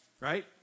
right